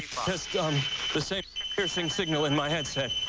just um the same ear-piercing signal and my adset.